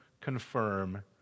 confirm